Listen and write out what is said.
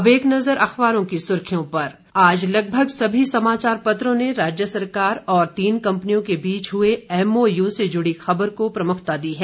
अब एक नज़र अखबारों की सुर्खियों पर आज लगभग समी समाचार पत्रों ने राज्य सरकार और तीन कंपनियों के बीच हुए एमओयू से जुड़ी खबर को प्रमुखता दी है